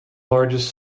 largest